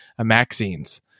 Amaxines